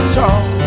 talk